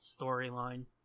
storyline